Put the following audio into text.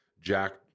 jack